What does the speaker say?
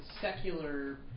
secular